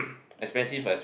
expensive as